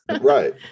right